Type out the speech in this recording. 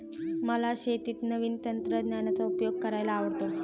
मला शेतीत नवीन तंत्रज्ञानाचा उपयोग करायला आवडतो